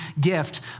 gift